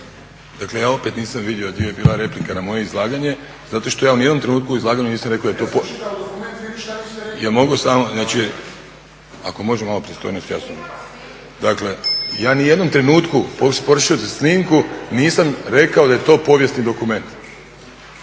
Dakle, ja opet nisam vidio di je bila replika na moje izlaganje, zato što ja u ni jednom trenutku u izlaganju nisam rekao da je to … …/Upadica Šeks,